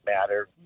matter